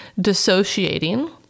dissociating